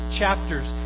chapters